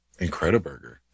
Incrediburger